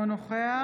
אינו נוכח